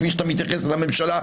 כפי שאתה מתייחס לממשלה,